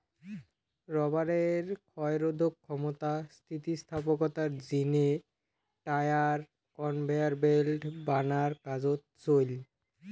রবারের ক্ষয়রোধক ক্ষমতা, স্থিতিস্থাপকতার জিনে টায়ার, কনভেয়ার ব্যাল্ট বানার কাজোত চইল